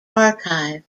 archive